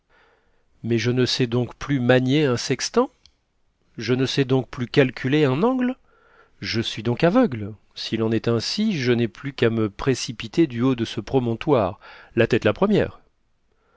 mais je ne sais donc plus manier un sextant je ne sais donc plus calculer un angle je suis donc aveugle s'il en est ainsi je n'ai plus qu'à me précipiter du haut de ce promontoire la tête la première